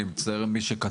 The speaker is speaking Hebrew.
אני מצטער על מי שקטעתי,